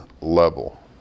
level